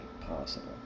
possible